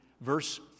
verse